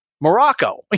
Morocco